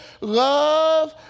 love